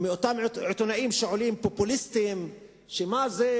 מאותם עיתונאים פופוליסטים שאומרים: מה זה,